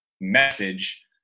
message